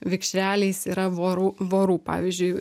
vikšreliais yra vorų vorų pavyzdžiui